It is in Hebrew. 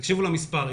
תקשיבו למספר.